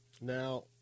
Now